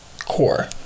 core